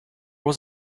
was